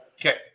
Okay